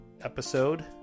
episode